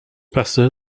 pasteur